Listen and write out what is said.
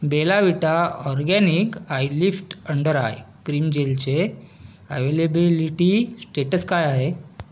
Bella Vita organic eyelift under eye cream जेलचे availability status काय आहे